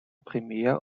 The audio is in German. primär